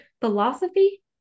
Philosophy